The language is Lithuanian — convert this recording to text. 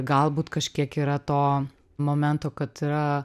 galbūt kažkiek yra to momento kad yra